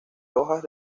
hojas